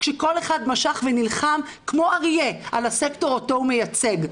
כשכל אחד משך ונלחם כמו אריה על הסקטור אותו הוא מייצג,